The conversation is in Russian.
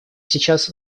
сейчас